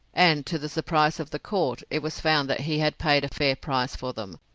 and to the surprise of the court it was found that he had paid a fair price for them,